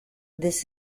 this